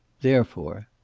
therefore